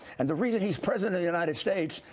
and the reason he's president of united states,